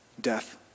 death